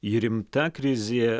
ji rimta krizė